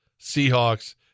Seahawks